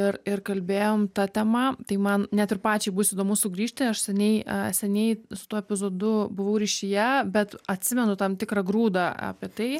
ir ir kalbėjom ta tema tai man net ir pačiai bus įdomu sugrįžti aš seniai seniai su tuo epizodu buvau ryšyje bet atsimenu tam tikrą grūdą apie tai